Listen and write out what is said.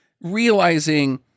realizing